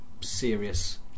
serious